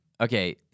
okay